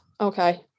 okay